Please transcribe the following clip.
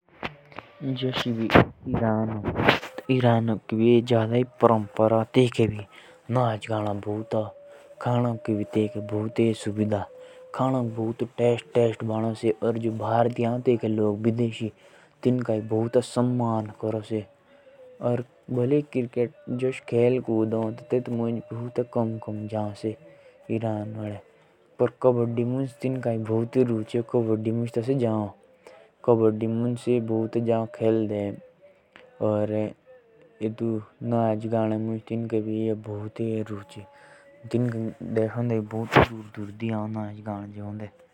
जोष ईरान ए ठो सेवो एक मुस्लिम देश हो। तेइके भी नाच गाना खूब हो और तेइके से कबड्डी मुझ खूब रुचे रखो पर क्रिकेट मुझ कम ही भाग लो।